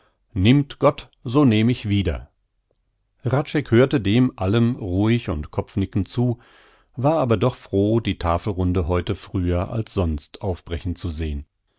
nimmt gott so nehm ich wieder hradscheck hörte dem allem ruhig und kopfnickend zu war aber doch froh die tafelrunde heute früher als sonst aufbrechen zu sehn